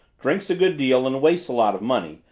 drinks a good deal and wastes a lot of money,